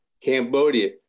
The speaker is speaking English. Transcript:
Cambodia